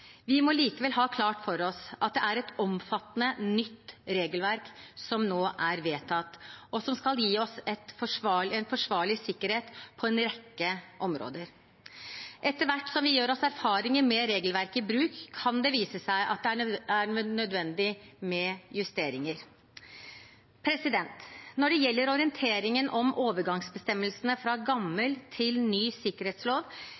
Vi må likevel ha klart for oss at det er et omfattende nytt regelverk som nå er vedtatt, og som skal gi oss en forsvarlig sikkerhet på en rekke områder. Etter hvert som vi gjør oss erfaringer med regelverket i bruk, kan det vise seg at det er nødvendig med justeringer. Når det gjelder orienteringen om overgangsbestemmelsene fra